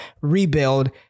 rebuild